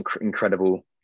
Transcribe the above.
incredible